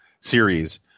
series